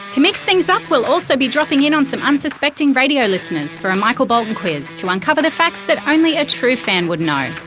to mix things up, we will also be dropping in on some unsuspecting radio listeners for a michael bolton quiz to uncover the facts that only a true fan would know.